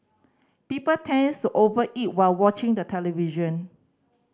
people tends to over eat while watching the television